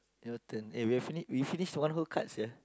your turn eh we have finish we finish the whole card sia